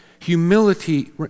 Humility